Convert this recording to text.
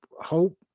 hope